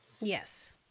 Yes